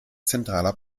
zentraler